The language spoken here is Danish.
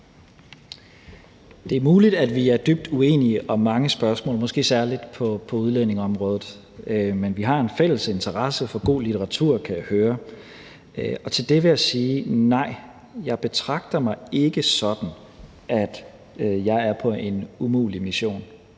Det er muligt, at vi er dybt uenige om mange spørgsmål, måske særlig på udlændingeområdet. Men vi har en fælles interesse for god litteratur, kan jeg høre. Og til det vil jeg sige: Nej, jeg betragter mig ikke sådan, at jeg er på en umulig mission.